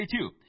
two